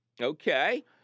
Okay